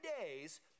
days